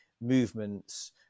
movements